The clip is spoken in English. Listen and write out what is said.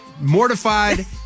mortified